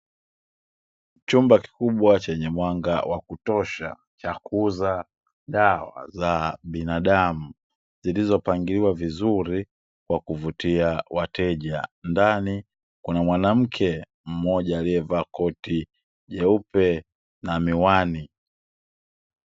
Chumba kikubwa chenye mwanga wa kutosha, cha kuuza dawa za binadamu, zilizopangiliwa vizuri kwa kuvutia wateja. Ndani kuna mwanamke mmoja aliyevaa koti jeupe na miwani.